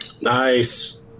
Nice